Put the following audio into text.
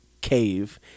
cave